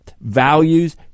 values